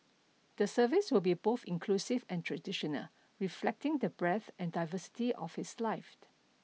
the service will be both inclusive and traditional reflecting the breadth and diversity of his life